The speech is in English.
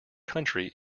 country